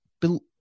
built